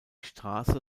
straße